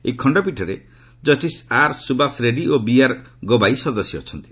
ଏହି ଖଣ୍ଡପୀଠରେ ଜଷିସ୍ ଆର୍ ସୁବାସ ରେଡ୍ଜୀ ଓ ବିଆର୍ ଗବାଇ ସଦସ୍ୟ ଅଛନ୍ତି